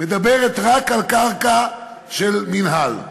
מדברת רק על קרקע של המינהל,